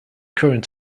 current